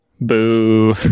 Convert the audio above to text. Boo